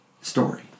story